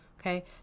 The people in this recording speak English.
Okay